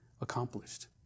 accomplished